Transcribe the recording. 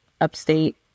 upstate